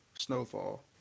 Snowfall